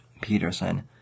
Peterson